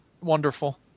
wonderful